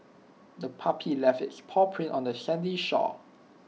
the puppy left its paw print on the sandy shore